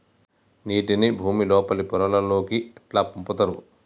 నీటిని భుమి లోపలి పొరలలోకి ఎట్లా పంపుతరు?